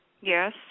Yes